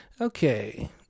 Okay